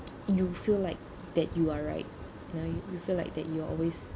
you feel like that you are right you know you you feel like that you're always